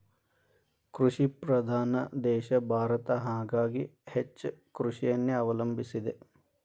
ಕೃಷಿ ಪ್ರಧಾನ ದೇಶ ಭಾರತ ಹಾಗಾಗಿ ಹೆಚ್ಚ ಕೃಷಿಯನ್ನೆ ಅವಲಂಬಿಸಿದೆ